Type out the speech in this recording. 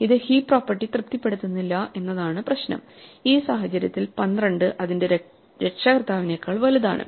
ഇത് heap property തൃപ്തിപ്പെടുത്തുന്നില്ല എന്നതാണ് പ്രശ്നം ഈ സാഹചര്യത്തിൽ 12 അതിന്റെ രക്ഷകർത്താവിനേക്കാൾ വലുതാണ്